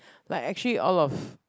like actually all of